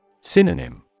Synonym